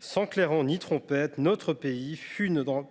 Sans clairons ni trompettes, notre pays fut, dans